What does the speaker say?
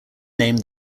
name